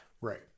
Right